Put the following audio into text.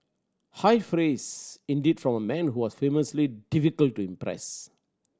high praise indeed from a man who was famously difficult to impress